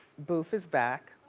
boof is back.